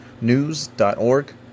news.org